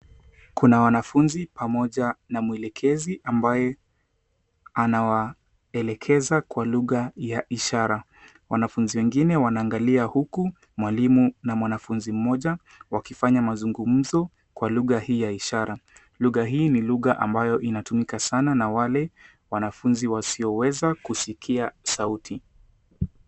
Kuna wanafunzi pamoja na mwelekezi ambaye anawaelekeza kwa lugha ya ishara. Wanafunzi wengine wanaangalia, huku mwalimu na mwanafunzi mmoja wakifanya mazungumzo kwa lugha hii ya ishara. Lugha hii ni lugha ambayo inatumika sana na wale wanafunzi wasioweza kusikia sauti.